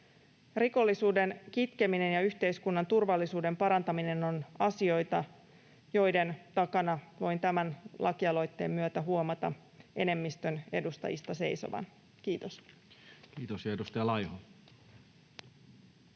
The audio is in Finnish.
Rikollisuuden kitkeminen ja yhteiskunnan turvallisuuden parantaminen ovat asioita, joiden takana voin tämän lakialoitteen myötä huomata enemmistön edustajista seisovan. — Kiitos.